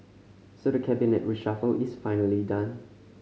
so the Cabinet reshuffle is finally done